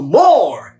more